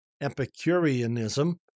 Epicureanism